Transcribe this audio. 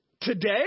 Today